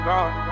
God